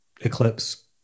Eclipse